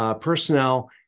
personnel